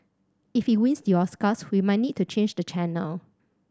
if he wins the Oscars we might need to change the channel